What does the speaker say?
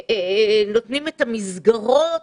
נותנים את המסגרות